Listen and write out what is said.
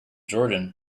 jordan